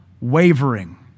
wavering